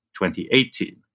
2018